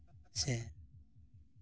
ᱥᱮ